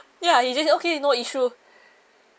ya he just okay no issue